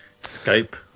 Skype